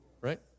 right